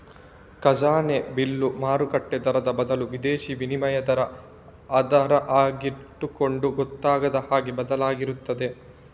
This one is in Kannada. ಖಜಾನೆ ಬಿಲ್ಲು ಮಾರುಕಟ್ಟೆ ದರದ ಬದಲು ವಿದೇಶೀ ವಿನಿಮಯ ದರ ಆಧಾರ ಆಗಿಟ್ಟುಕೊಂಡು ಗೊತ್ತಾಗದ ಹಾಗೆ ಬದಲಾಗ್ತಿರ್ತದೆ